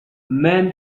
man